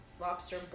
Lobster